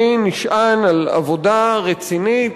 אני נשען על עבודה רצינית,